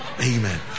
Amen